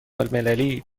المللی